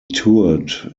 toured